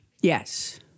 yes